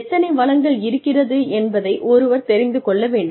எத்தனை வளங்கள் இருக்கிறது என்பதை ஒருவர் தெரிந்து கொள்ள வேண்டும்